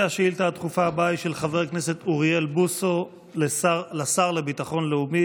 השאילתה הדחופה הבאה היא של חבר הכנסת אוריאל בוסו לשר לביטחון לאומי,